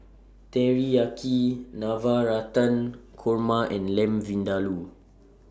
Teriyaki Navratan Korma and Lamb Vindaloo